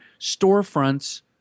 storefronts